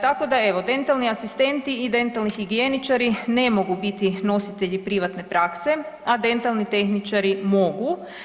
Tako da evo, dentalni asistenti i dentalni higijeničari ne mogu biti nositelji privatne prakse, a dentalni tehničari mogu.